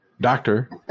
Doctor